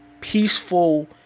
peaceful